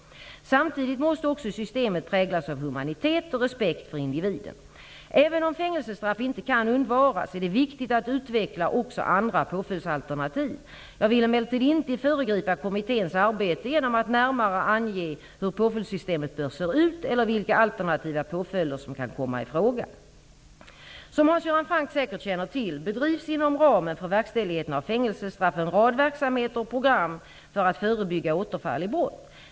Samtidigt måste också systemet präglas av humanitet och respekt för individen. Även om fängelsestraff inte kan undvaras är det viktigt att utveckla också andra påföljdsalternativ. Jag vill emellertid inte föregripa kommitténs arbete genom att närmare ange hur påföljdssystemet bör se ut eller vilka alternativa påföljder som kan komma i fråga. Som Hans Göran Franck säkert känner till bedrivs inom ramen för verkställigheten av fängelsestraff en rad verksamheter och program för att förebygga återfall i brott.